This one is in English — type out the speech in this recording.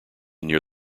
near